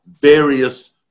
various